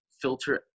filter